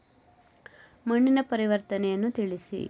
ಮಣ್ಣಿನ ಪರಿವರ್ತನೆಯನ್ನು ತಿಳಿಸಿ?